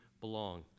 belong